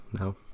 No